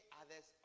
others